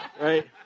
Right